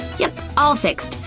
yep, all fixed,